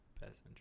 Best